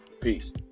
Peace